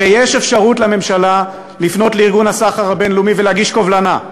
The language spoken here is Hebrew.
הרי יש אפשרות לממשלה לפנות לארגון הסחר הבין-לאומי ולהגיש קובלנה,